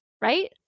right